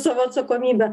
savo atsakomybe